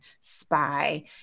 spy